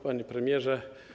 Panie Premierze!